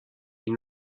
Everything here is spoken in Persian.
این